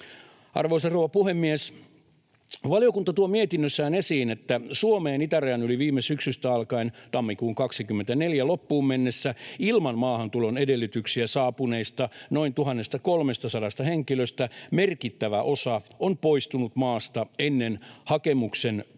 Arvoisa rouva puhemies! Valiokunta tuo mietinnössään esiin, että Suomeen itärajan yli viime syksystä alkaen tammikuun 24 loppuun mennessä ilman maahantulon edellytyksiä saapuneista noin 1 300 henkilöstä merkittävä osa on poistunut maasta ennen hakemuksen tutkinnan